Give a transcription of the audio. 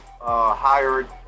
hired